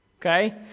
okay